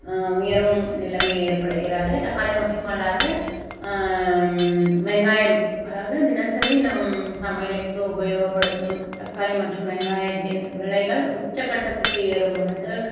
உயரும் நிலமை ஏற்படுகிறது தக்காளி மற்றும் அல்லாது வெங்காயம் அதாவது தினசரி நம் சமையலுக்கு உபயோகப்படுத்தும் தக்காளி மற்றும் வெங்காயத்தின் விலைகள் உச்சக்கட்டத்துக்கு ஏறும்பொழுது